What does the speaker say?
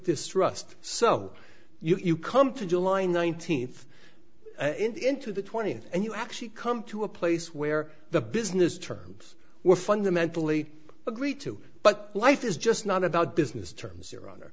distrust so you come to july nineteenth into the twentieth and you actually come to a place where the business terms were fundamentally agreed to but life is just not about business terms your